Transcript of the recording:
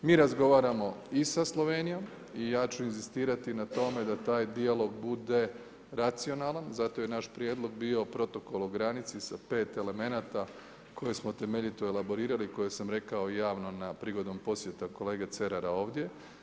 Mi razgovaramo i sa Slovenijom i ja ću inzistirati na tome da taj dijalog bude racionalan, zato je naš prijedlog bio protokol o granici, sa 5 elemenata koje smo temeljito elaborirali, koje sam rekao i javno na prigodnom posjeta kolege Cerara ovdje.